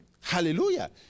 Hallelujah